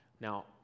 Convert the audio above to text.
Now